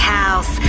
house